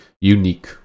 unique